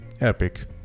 epic